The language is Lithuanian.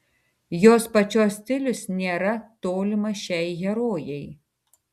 jos pačios stilius nėra tolimas šiai herojai